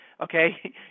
okay